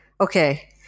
Okay